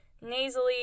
nasally